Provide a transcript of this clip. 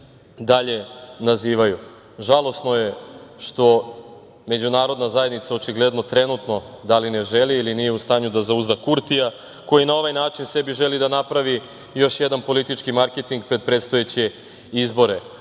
dalje nazivaju. Žalosno je što međunarodna zajednica očigledno trenutno, da li ne želi ili nije u stanju da zauzda Kurtija, koji na ovaj način sebi želi da napravi još jedan politički marketing pred predstojeće izbore.